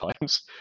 times